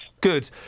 Good